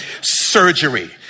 surgery